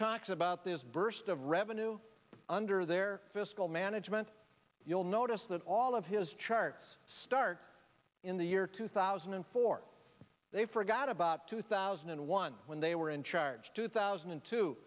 talks about this burst of revenue under their fiscal management you'll notice that all of his charts start in the year two thousand and four they forgot about two thousand and one when they were in charge two thousand and two